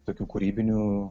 tokių kūrybinių